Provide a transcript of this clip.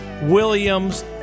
Williams